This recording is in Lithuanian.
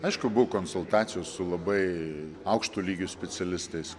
aišku buvo konsultacijos su labai aukšto lygio specialistais